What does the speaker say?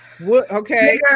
Okay